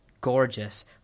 gorgeous